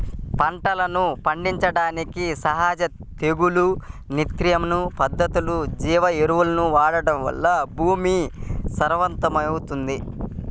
పంటలను పండించడానికి సహజ తెగులు నియంత్రణ పద్ధతులు, జీవ ఎరువులను వాడటం వలన భూమి సారవంతమవుతుంది